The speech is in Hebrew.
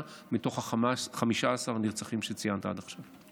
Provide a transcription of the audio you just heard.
מתוך 15 הנרצחים שציינת עד עכשיו.